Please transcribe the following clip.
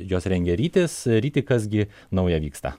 juos rengia rytis ryti kas gi naujo vyksta